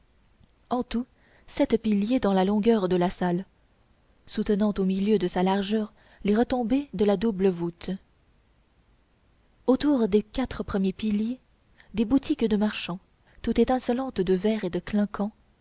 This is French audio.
en tout sept piliers dans la longueur de la salle soutenant au milieu de sa largeur les retombées de la double voûte autour des quatre premiers piliers des boutiques de marchands tout étincelantes de verre et de clinquants